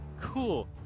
Cool